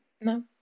No